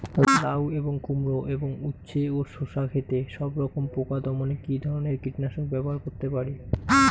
লাউ এবং কুমড়ো এবং উচ্ছে ও শসা ক্ষেতে সবরকম পোকা দমনে কী ধরনের কীটনাশক ব্যবহার করতে পারি?